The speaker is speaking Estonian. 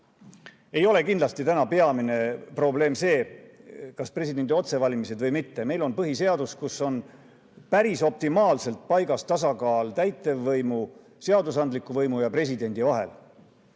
ei ole kindlasti täna peamine probleem see, kas on presidendi otsevalimised või mitte. Meil on põhiseadus, kus on päris optimaalselt paigas tasakaal täitevvõimu ja seadusandliku võimu ja presidendi vahel.